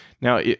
Now